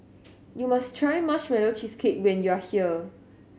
you must try Marshmallow Cheesecake when you are here